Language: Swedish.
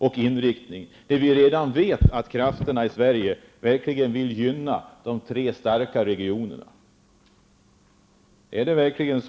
Vi vet ju redan att krafterna i fråga vill gynna de tre starka regionerna i Sverige.